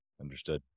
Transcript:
understood